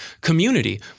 community